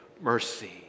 mercy